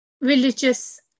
religious